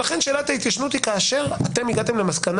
אז לכן שאלת ההתיישנות היא כאשר אתם הגעתם למסקנה